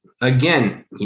again